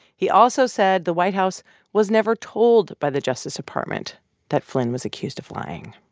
he also said the white house was never told by the justice department that flynn was accused of lying.